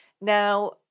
Now